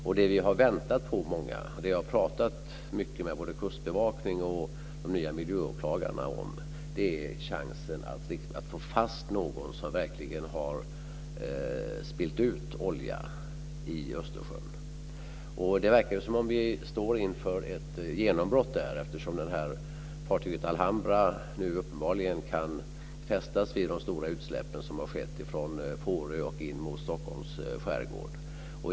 Det som många har väntat på och det som vi har pratat mycket med kustbevakningen och de nya miljöåklagarna om är chansen att få fast någon som har spillt ut olja i Östersjön. Det verkar som att vi står inför ett genombrott där, eftersom fartyget Alambra uppenbarligen kan bindas vid de stora utsläpp som har skett vid Fårö och i Stockholms skärgård.